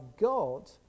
God